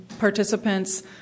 participants